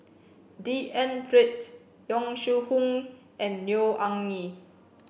D N Pritt Yong Shu Hoong and Neo Anngee